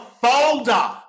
folder